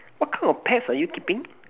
what kind of pets are you keeping